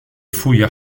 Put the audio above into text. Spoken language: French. fouilles